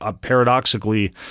paradoxically –